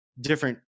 different